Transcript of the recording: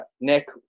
Nick